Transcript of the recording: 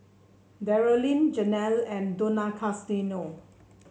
Darryle Janelle and Donaciano